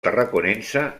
tarraconense